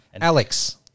Alex